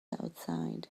outside